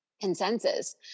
consensus